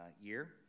year